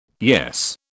Yes